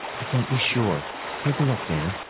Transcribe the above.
i can't be sure take a look, dan.